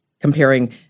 comparing